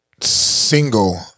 single